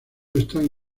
están